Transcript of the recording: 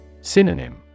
Synonym